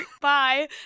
Bye